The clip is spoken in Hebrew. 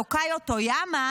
יוקיו הטויאמה,